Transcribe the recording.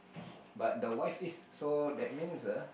but the wife is so that means uh